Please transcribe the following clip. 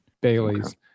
Baileys